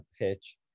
pitch